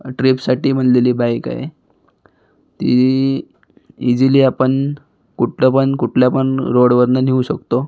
ट्रीपसाठी बनलेली बाईक आहे ती इजीली आपण कुठनं पण कुटल्या पण रोडवरनं नेऊ शकतो